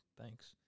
thanks